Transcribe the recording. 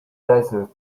desert